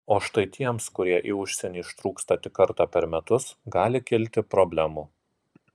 o štai tiems kurie į užsienį ištrūksta tik kartą per metus gali kilti problemų